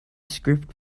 script